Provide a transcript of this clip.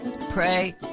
Pray